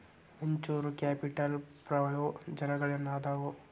venture capital ಪ್ರಯೋಜನಗಳೇನಾದವ